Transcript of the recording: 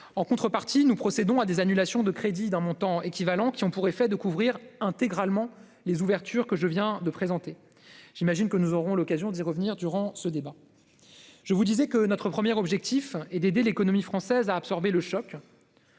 En contrepartie, nous procédons à des annulations de crédits d'un montant équivalent qui ont pour effet de couvrir intégralement les ouvertures que je viens de présenter. J'imagine que nous aurons l'occasion d'y revenir durant ce débat. Je vous disais que notre premier objectif est d'aider l'économie française à absorber le choc.